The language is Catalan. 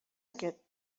aquest